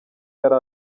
yari